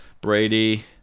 Brady